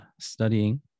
studying